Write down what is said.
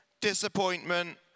disappointment